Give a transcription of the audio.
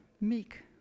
meek